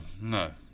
no